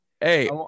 Hey